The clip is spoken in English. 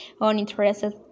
uninterested